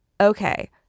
Okay